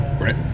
Right